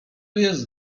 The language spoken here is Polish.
jest